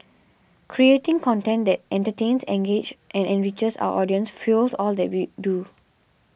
creating content that entertains engages and enriches our audiences fuels all that we do